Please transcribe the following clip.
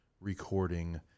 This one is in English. recording